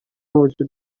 وجود